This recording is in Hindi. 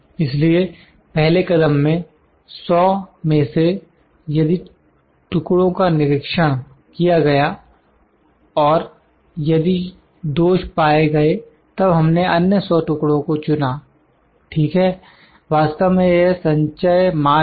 इसलिए पहले कदम में 100 में से यदि टुकड़ों का निरीक्षण किया गया और यदि दोष पाए गए तब हमने अन्य 100 टुकड़ों को चुना ठीक है वास्तव में यह संचयमान है